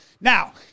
Now